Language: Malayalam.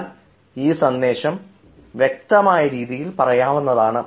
എന്നാൽ ഈ സന്ദേശം വ്യത്യസ്തമായ രീതിയിൽ പറയാവുന്നതാണ്